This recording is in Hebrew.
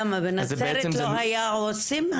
למה, בנצרת לא היה אמור להיות עו"סים?